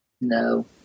No